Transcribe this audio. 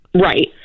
Right